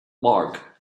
marc